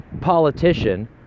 politician